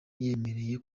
yiyemereye